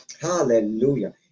Hallelujah